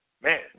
man